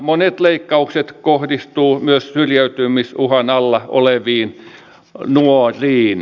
monet leikkaukset kohdistuvat myös syrjäytymisuhan alla oleviin nuoriin